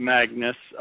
Magnus